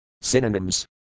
Synonyms